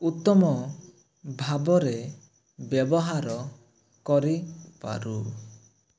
ଉତ୍ତମ ଭାବରେ ବ୍ୟବହାର କରିପାରୁ